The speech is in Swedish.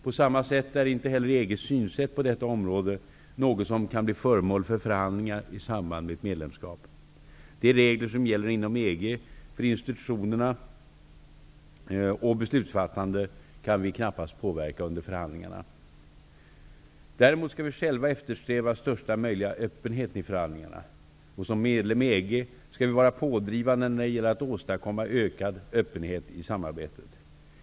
På samma sätt är inte heller EG:s synsätt på detta område något som kan bli föremål för förhandlingar i samband med ett medlemskap. De regler som gäller för institutionerna och beslutsfattandet inom EG kan vi knappast påverka under förhandlingarna. Däremot skall vi själva eftersträva största möjliga öppenhet i förhandlingarna. Och som medlem i EG skall vi vara pådrivande när det gäller att åstadkomma ökad öppenhet i samarbetet.